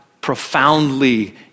profoundly